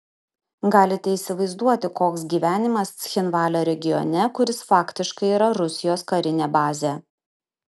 galite įsivaizduoti koks gyvenimas cchinvalio regione kuris faktiškai yra rusijos karinė bazė